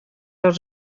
als